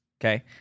Okay